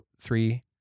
three